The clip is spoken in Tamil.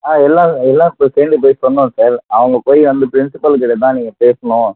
எல்லாரும் எல்லாரும் சேர்ந்து போய் சொன்னோம் சார் அவங்க போய் வந்து பிரின்சிபல் கிட்ட தான் நீங்கள் பேசுணும்